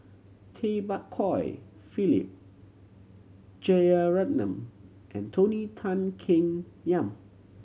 Tay Bak Koi Philip Jeyaretnam and Tony Tan Keng Yam